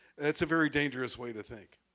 that's a very dangerous way to think.